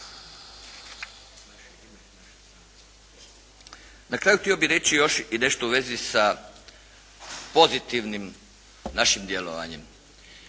Na kraju htio bih reći još i nešto u vezi sa pozitivnim našim djelovanjem.